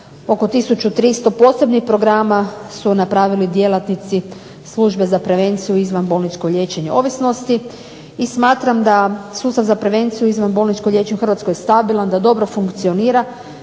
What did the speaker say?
300 posebnih programa su napravili djelatnici Službe za prevenciju i izvanbolničko liječenje ovisnosti. I smatram da sustav za prevenciju i izvanbolničko liječenje u HRvatskoj je stabilan da dobro funkcionira,